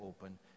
open